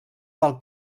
pel